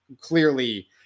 clearly